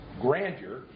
grandeur